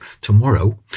Tomorrow